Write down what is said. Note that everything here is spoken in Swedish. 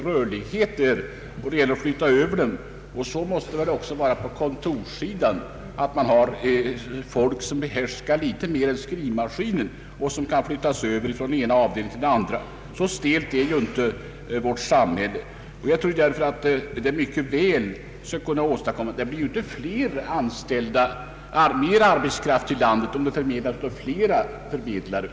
Möjligheterna till omflyttningar måste ju utnyttjas också på kontorssidan. Människorna behärskar i allmänhet litet mer än de vanliga uppgifterna och kan flyttas över från en avdelning till en annan. Det blir inte mera arbetskraft i landet därför att den som finns förmedlas av flera förmedlare.